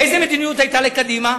איזו מדיניות היתה לקדימה?